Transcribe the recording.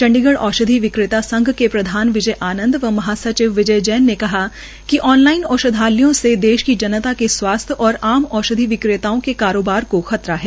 चंडीगढ़ औषधि विक्रेता संघ के प्रधान विजय आनंद और महासचिव विजय जैन ने कहा कि ऑन लाइन औषधालयों से देश की जनता के स्वास्थ्य और आम औषधि विक्रेता के कारोबार को खतरा है